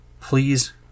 please